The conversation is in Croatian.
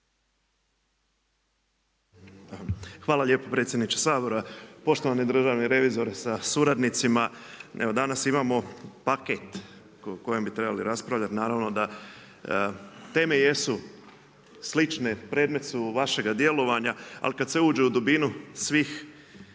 Hvala lijepo predsjedniče Sabora, poštovani državni revizore sa suradnicima. Evo danas imamo paket o kojem bi trebali raspravljati. Naravno da teme jesu slične, predmet su vašega djelovanja, ali kad sve uđe u dubinu svih